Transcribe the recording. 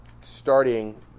starting